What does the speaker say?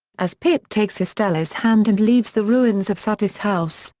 as pip takes estella's hand and leaves the ruins of satis house,